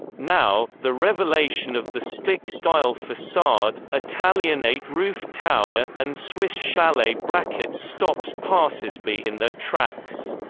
now, the revelation of the stick style facade, italianate roof tower, and swiss chalet brackets stops passersby in their tracks.